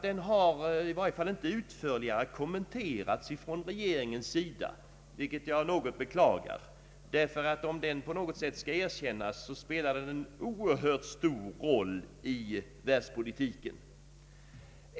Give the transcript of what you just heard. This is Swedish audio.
Den har i varje fall inte utförligare kommenterats av regeringen, vilket jag något beklagar, därför att om den på något sätt skall erkännas, kommer den att spela en oerhört stor roll i världspolitiken.